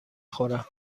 خورم